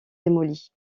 démolies